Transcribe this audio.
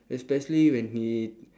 especially when he